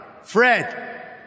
Fred